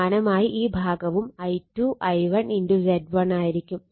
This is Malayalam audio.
സമാനമായി ഈ ഭാഗവും I2 I1 Z1 ആയിരിക്കും